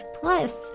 Plus